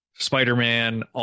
Spider-Man